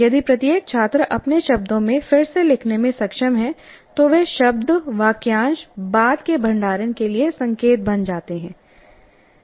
यदि प्रत्येक छात्र अपने शब्दों में फिर से लिखने में सक्षम है तो वे शब्दवाक्यांश बाद के भंडारण के लिए संकेत बन जाएंगे